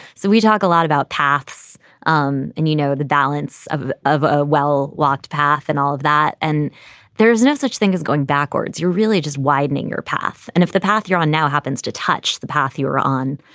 so we talk a lot about path's um and, you know, the balance of, ah well, locked path and all of that. and there is no such thing as going backwards. you're really just widening your path. and if the path you're on now happens to touch the path you're on.